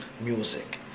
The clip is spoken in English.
music